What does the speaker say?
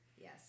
Yes